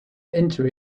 into